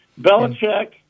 Belichick